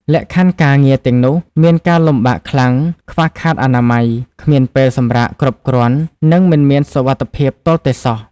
លក្ខខណ្ឌការងារទាំងនោះមានការលំបាកខ្លាំង ខ្វះខាតអនាម័យ គ្មានពេលសម្រាកគ្រប់គ្រាន់ និងមិនមានសុវត្ថិភាពទាល់តែសោះ។